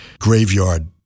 graveyard